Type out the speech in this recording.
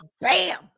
bam